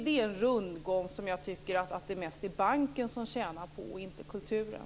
Det är en rundgång, som jag tycker att banken tjänar mest på, inte kulturen.